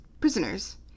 prisoners